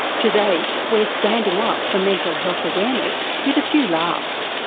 today, we're standing up for mental health awareness with a few laughs.